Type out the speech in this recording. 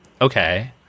Okay